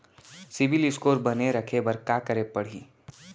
CIBIL score बने रखे बर का करे पड़ही?